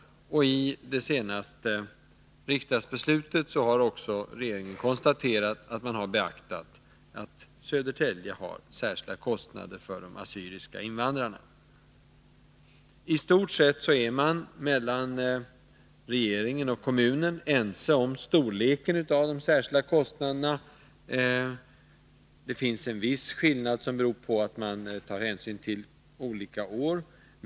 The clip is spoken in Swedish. Det framgår av det senaste regeringsbeslutet att man har beaktat att Södertälje har särskilda kostnader för de assyriska/syrianska invandrarna. Regeringen och kommunen är i stort sett ense om storleken av de särskilda kostnaderna. Det finns en viss skillnad i uppfattning, som beror på att man tar hänsyn till olika år.